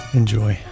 enjoy